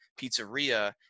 pizzeria